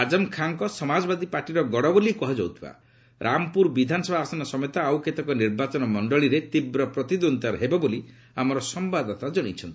ଆଜମ ଖାଁଙ୍କ ସମାଜବାଦୀ ପାର୍ଟିର ଗଡ଼ ବୋଲି କୁହାଯାଉଥିବା ରାମପୁର ବିଧାନସଭା ଆସନ ସମେତ ଆଉ କେତେକ ନିର୍ବାଚନମଣ୍ଡଳୀରେ ତୀବ୍ର ପ୍ରତିଦ୍ୱନ୍ଦ୍ୱିତା ହେବ ବୋଲି ଆମ ସମ୍ଭାଦଦାତା ଜଣାଇଛନ୍ତି